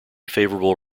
favourable